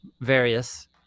various